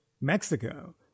Mexico